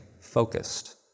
focused